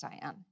Diane